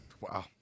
Wow